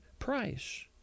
price